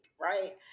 right